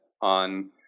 on